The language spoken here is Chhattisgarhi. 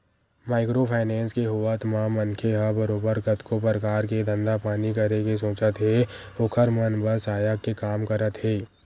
माइक्रो फायनेंस के होवत म मनखे मन ह बरोबर कतको परकार के धंधा पानी करे के सोचत हे ओखर मन बर सहायक के काम करत हे